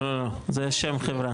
לא, זה שם חברה.